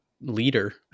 leader